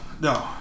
No